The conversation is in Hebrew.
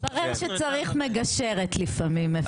מתברר שצריך מגשרת לפעמים.